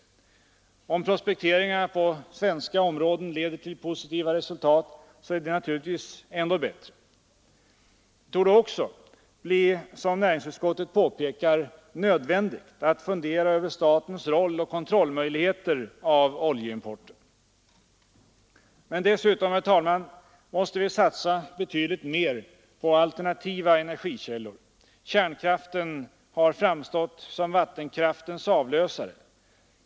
Om prospekteringarna på svenska områden leder till positiva resultat är det naturligtvis ännu bättre. Det torde också, som näringsutskottet påpekar, bli nödvändigt att fundera över statens roll och kontrollmöjligheter när det gäller oljeimporten. Men dessutom, herr talman, måste vi satsa betydligt mer på alternativa energikällor. Kärnkraften har framstått som vattenkraftens avlösare.